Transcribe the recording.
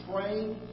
praying